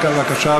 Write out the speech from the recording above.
בבקשה,